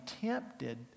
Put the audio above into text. tempted